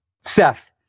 Seth